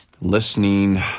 listening